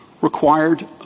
required